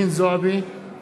(קורא בשמות חברי הכנסת)